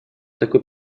такой